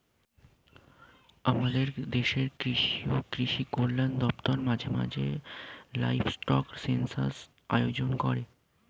আমাদের দেশের কৃষি ও কৃষি কল্যাণ দপ্তর মাঝে মাঝে লাইভস্টক সেন্সাস আয়োজন করেন